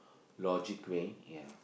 logic way ya